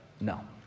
No